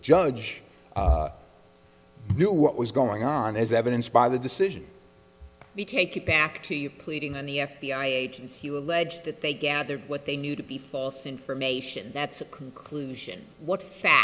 judge knew what was going on as evidenced by the decision to take it back to you pleading on the f b i agents you allege that they gathered what they knew to be false information that's a conclusion what fa